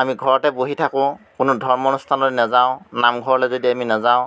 আমি ঘৰতে বহি থাকোঁ কোনো ধৰ্ম অনুষ্ঠানলৈ নাযাওঁ নামঘৰলৈ যদি আমি নাযাওঁ